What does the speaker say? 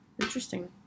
interesting